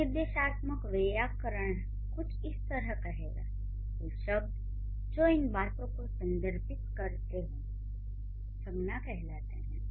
एक निर्देशात्मक वैयाकरण कुछ इस तरह कहेगा वे शब्द जो इन बातों को संदर्भित करते हैं संज्ञा कहलाते हैं